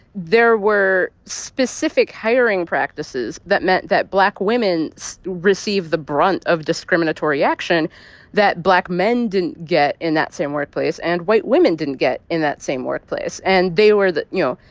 there were specific hiring practices that meant that black women received the brunt of discriminatory action that black men didn't get in that same workplace and white women didn't get in that same workplace. and they were you know,